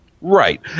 Right